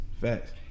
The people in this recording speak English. Facts